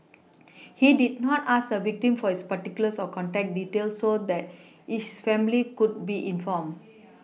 he did not ask the victim for his particulars or contact details so that his family could be informed